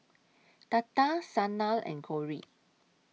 Tata Sanal and Gauri